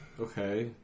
okay